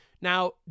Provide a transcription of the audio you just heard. Now